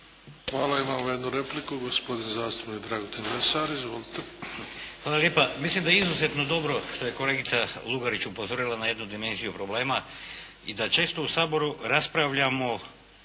Hvala. Imamo jednu repliku, gospodin zastupnik Dragutin Lesar. Izvolite. **Lesar, Dragutin (Nezavisni)** Hvala lijepa. Mislim da je izuzetno dobro što je kolegica Lugarić upozorila na jednu dimenziju problema i da često u Saboru raspravljamo